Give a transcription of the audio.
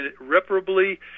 irreparably